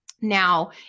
Now